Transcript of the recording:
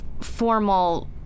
formal